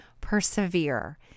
persevere